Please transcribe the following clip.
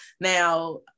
Now